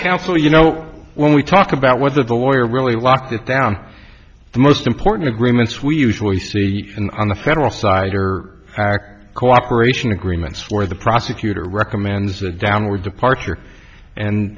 counsel you know when we talk about whether the lawyer really locked down the most important agreements we usually see on the federal side are cooperation agreements where the prosecutor recommends a downward departure and